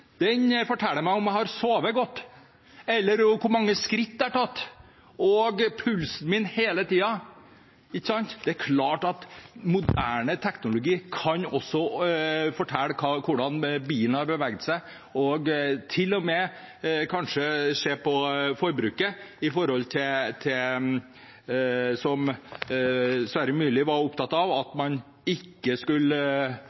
Den forteller meg hele tiden om jeg har sovet godt, hvor mange skritt jeg har gått, og pulsen min. Det er klart at moderne teknologi også kan fortelle hvordan bilen har beveget seg – til og med kanskje se på forbruket, som Sverre Myrli var opptatt av,